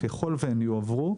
ככל והם יועברו,